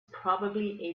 probably